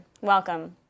Welcome